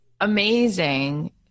amazing